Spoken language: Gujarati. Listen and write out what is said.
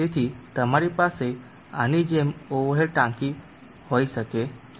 તેથી તમારી પાસે આની જેમ ઓવર હેડ ટાંકી હોઈ શકે છે